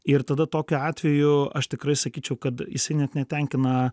ir tada tokiu atveju aš tikrai sakyčiau kad jisai net netenkina